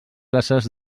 places